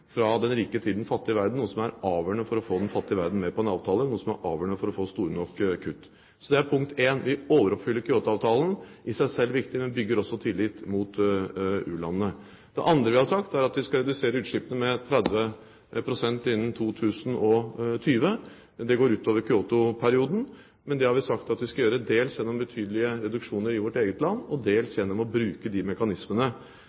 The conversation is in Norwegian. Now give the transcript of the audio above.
fra den rike til den fattige verden, noe som er avgjørende for å få den fattige verden med på en avtale, noe som er avgjørende for å få store nok kutt. Så det er punkt én: Vi overoppfyller Kyoto-avtalen. Det er i seg selv viktig, men det bygger også tillit mot u-landene. Det andre vi har sagt, er at vi skal redusere utslippene med 30 pst. innen 2020. Det går utover Kyoto-perioden, men det har vi sagt at vi skal gjøre dels gjennom betydelige reduksjoner i vårt eget land og dels